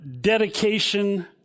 dedication